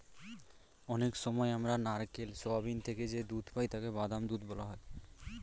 অনেক সময় আমরা নারকেল, সোয়াবিন থেকে যে দুধ পাই তাকে বাদাম দুধ বলা হয়